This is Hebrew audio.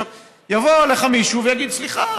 יבוא אליך מישהו ויגיד: סליחה,